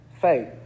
faith